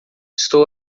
estou